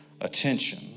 attention